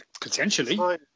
Potentially